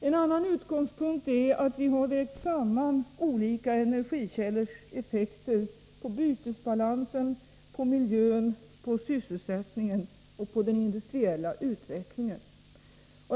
En annan utgångspunkt är att vi har vägt samman olika energikällors effekter på bytesbalansen, på miljön, på sysselsättningen och på den industriella utvecklingen.